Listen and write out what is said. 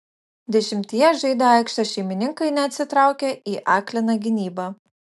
dešimtyje žaidę aikštės šeimininkai neatsitraukė į akliną gynybą